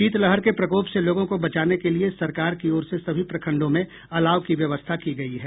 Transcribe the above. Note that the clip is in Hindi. शीतलहर के प्रकोप से लोगों को बचाने के लिए सरकार की ओर से सभी प्रखंडों में अलाव की व्यवस्था की गयी है